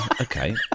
Okay